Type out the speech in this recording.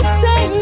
say